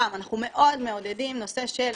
גם, אנחנו מאוד מעודדים נושא של